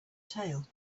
tail